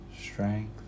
strength